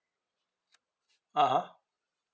(uh huh)